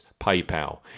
PayPal